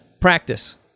practice